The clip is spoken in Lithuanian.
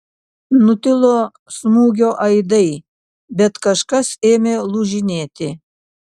nutilo smūgio aidai bet kažkas ėmė lūžinėti